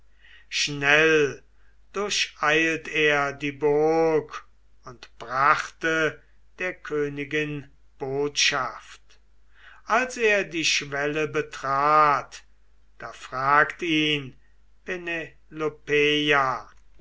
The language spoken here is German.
schnell durcheilt er die burg und brachte der königin botschaft als er die schwelle betrat da fragt ihn